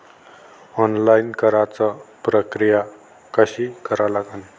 Online कराच प्रक्रिया कशी करा लागन?